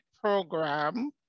program